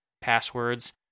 passwords